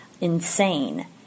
insane